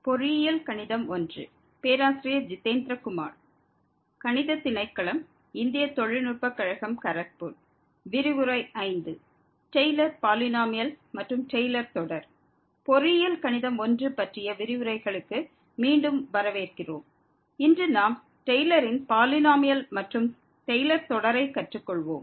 பொறியியல் கணிதம் 1 பற்றிய விரிவுரைகளுக்கு மீண்டும் வரவேற்கிறோம் இன்று நாம் டெய்லரின் பாலினோமியல் மற்றும் டெய்லர் தொடரைக் கற்றுக்கொள்வோம்